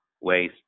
ways